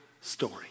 story